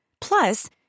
Plus